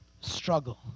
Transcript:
Struggle